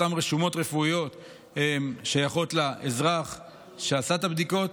אותן רשומות רפואיות שייכות לאזרח שעשה את הבדיקות,